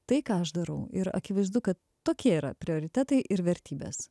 tai ką aš darau ir akivaizdu kad tokie yra prioritetai ir vertybės